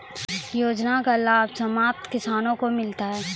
योजना का लाभ सीमांत किसानों को मिलता हैं?